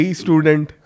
student